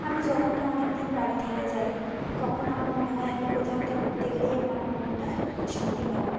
আমি যখনই অনেক দিন বাড়ি থেকে যাই তখন আমার মনে হয় আমি কোথাও একটা ঘুরতে গেলেই আমার মনটা শান্তি পাবে